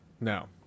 No